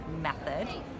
method